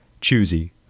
choosy